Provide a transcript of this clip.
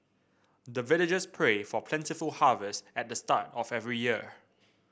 the villagers pray for plentiful harvest at the start of every year